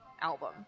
album